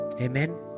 Amen